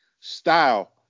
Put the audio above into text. style